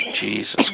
Jesus